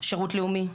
שרות לאומי,